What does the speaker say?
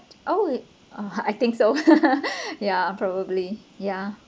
oh I think so yeah probably yeah